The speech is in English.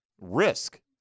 risk